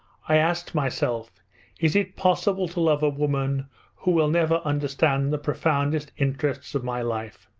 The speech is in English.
i asked myself is it possible to love a woman who will never understand the profoundest interests of my life?